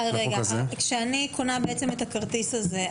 האם כשאני קונה את הכרטיס הזה,